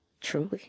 Truly